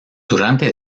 durante